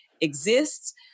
exists